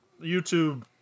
YouTube